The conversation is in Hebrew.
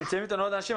נמצאים אתנו עוד אנשים,